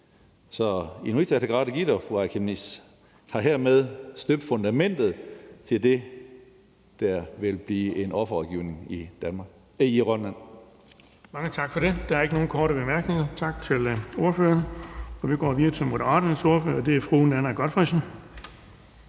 så Inuit Ataqatigiit og fru Aaja Chemnitz har hermed støbt fundamentet til det, der vil blive en offerrådgivning i Grønland.